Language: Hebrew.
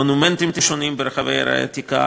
מונומנטים שונים ברחבי העיר העתיקה,